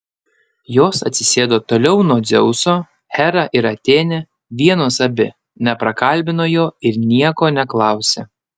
jos atsisėdo toliau nuo dzeuso hera ir atėnė vienos abi neprakalbino jo ir nieko neklausė